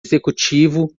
executivo